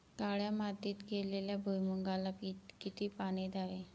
काळ्या मातीत केलेल्या भुईमूगाला किती पाणी द्यावे?